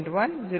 1 વત્તા 0